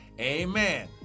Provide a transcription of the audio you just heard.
amen